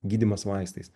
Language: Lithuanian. gydymas vaistais